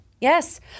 yes